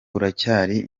uracyari